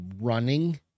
running